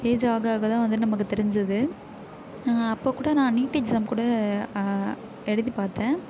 age ஆக ஆகதான் வந்து நமக்கு தெரிஞ்சது அப்போது கூட நான் நீட் எக்ஸாம் கூட எழுதி பார்த்தேன்